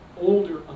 older